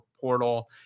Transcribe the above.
portal